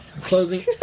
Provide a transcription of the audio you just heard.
closing